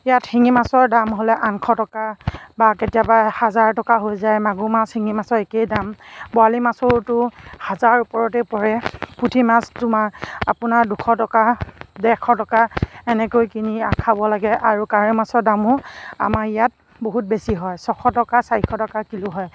ইয়াত শিঙি মাছৰ দাম হ'লে আঠশ টকা বা কেতিয়াবা হাজাৰ টকা হৈ যায় মাগুৰ মাছ শিঙি মাছৰ একেই দাম বৰালি মাছৰটো হাজাৰ ওপৰতে পৰে পুঠি মাছ তোমাৰ আপোনাৰ দুশ টকা ডেৰশ টকা এনেকৈ কিনি খাব লাগে আৰু কাৱৈ মাছৰ দামো আমাৰ ইয়াত বহুত বেছি হয় ছশ টকা চাৰিশ টকা কিলো হয়